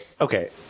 Okay